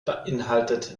beinhaltet